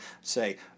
say